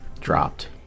dropped